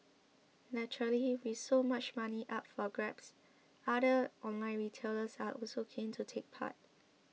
naturally with so much money up for grabs other online retailers are also keen to take part